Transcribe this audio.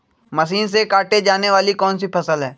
Machine से काटे जाने वाली कौन सी फसल है?